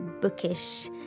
bookish